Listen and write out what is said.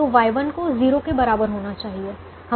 तो Y1 को 0 के बराबर होना चाहिए